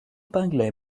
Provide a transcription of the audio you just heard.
pinglet